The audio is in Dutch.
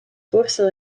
voorstel